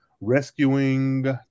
rescuing